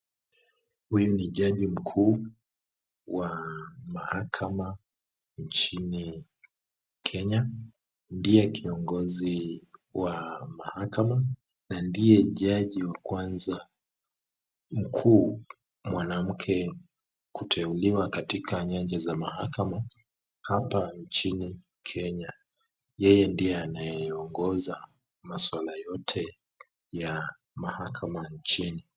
Huyu ni jaji mkuu wa mahakama nchini kenya, ndiye kiongozi wa mahakama na ndiye jaji wa kwanza mkuu mwamamke kuteuliwa katika nyanja za mahakama hapa nchini kenya, yeye ndiye anayeongoza maswala yote ya mahakama nchini.